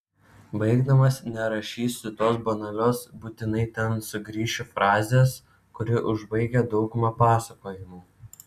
baigdamas nerašysiu tos banalios būtinai ten sugrįšiu frazės kuri užbaigia daugumą pasakojimų